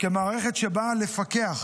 כמערכת שבאה לפקח